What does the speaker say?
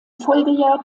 folgejahr